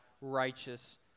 righteous